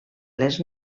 les